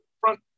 front